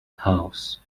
house